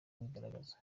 ibigaragaza